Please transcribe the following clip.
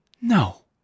No